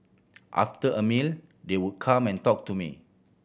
after a meal they would come and talk to me